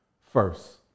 first